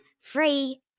Free